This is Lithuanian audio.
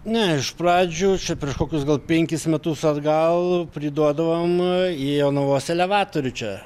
ne iš pradžių čia prieš kokius gal penkis metus atgal priduodavom į jonavos elevatorių čia